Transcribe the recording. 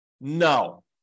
No